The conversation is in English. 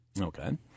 Okay